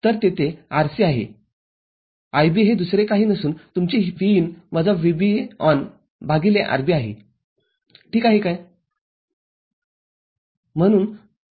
तरतेथे RC आहे IB हे दुसरे काही नसून तुमचे Vin वजा VBE भागिले RB आहे ठीक आहे काय